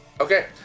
Okay